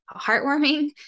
heartwarming